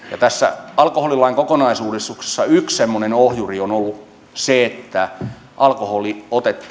tässä alkoholilain kokonaisuudistuksessa yksi semmoinen ohjuri on ollut se että alkoholi